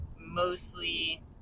mostly